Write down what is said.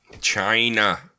China